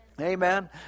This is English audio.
Amen